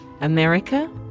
america